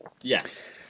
Yes